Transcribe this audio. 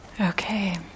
Okay